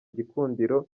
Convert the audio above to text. gikundiro